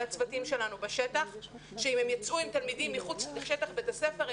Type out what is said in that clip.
הצוותים שלנו בשטח שאם הם יצאו עם תלמידים מחוץ לשטח בית הספר,